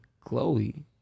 chloe